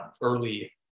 early